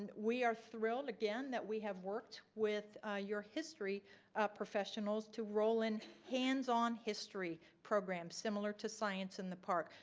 and we are thrilled again that we have worked with your history professionals to roll in hands on history programs similar to science in the park,